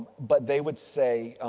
but they would say,